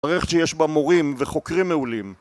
מערכת שיש בה מורים וחוקרים מעולים